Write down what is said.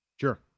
Sure